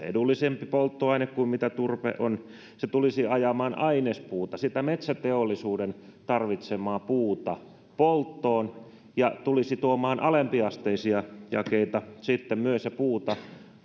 edullisempi polttoaine kuin mitä turve on se tulisi ajamaan polttoon ainespuuta sitä metsäteollisuuden tarvitsemaa puuta ja tulisi tuomaan alempiasteisia jakeita ja myös puuta